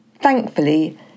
Thankfully